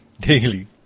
Daily